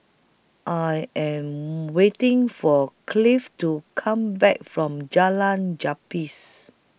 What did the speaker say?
I Am waiting For Clive to Come Back from Jalan Gapis